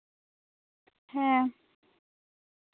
ᱦᱮᱸ